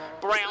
brown